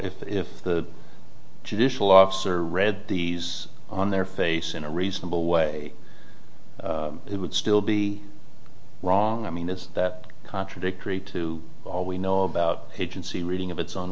so if the judicial officer read these on their face in a reasonable way it would still be wrong i mean is that contradictory to all we know about the reading of its o